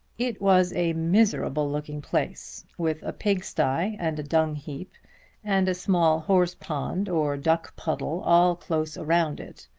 it was a miserable-looking place with a pigsty and a dung-heap and a small horse-pond or duck-puddle all close around it.